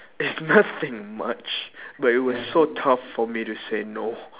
it's nothing much but it was so tough for me to say no